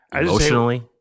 Emotionally